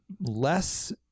less